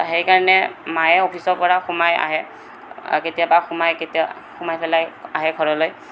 সেইকাৰণে মায়ে অফিচৰপৰা সোমাই আহে কেতিয়াবা সোমাই কেতিয়াবা সোমাই পেলাই আহে ঘৰলৈ